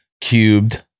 cubed